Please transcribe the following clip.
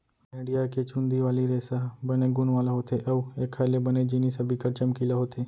भेड़िया के चुंदी वाले रेसा ह बने गुन वाला होथे अउ एखर ले बने जिनिस ह बिकट चमकीला होथे